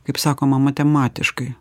kaip sakoma matematiškai